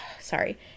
sorry